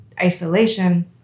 isolation